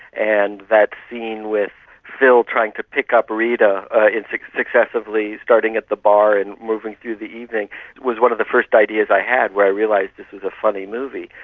and that scene with phil trying to pick up rita ah successively starting at the bar and moving through the evening was one of the first ideas i had where i realised this is a funny movie.